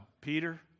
Peter